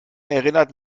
erinnert